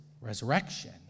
resurrection